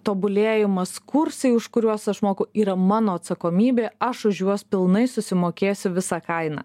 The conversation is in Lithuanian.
tobulėjimas kursai už kuriuos aš moku yra mano atsakomybė aš už juos pilnai susimokėsiu visą kainą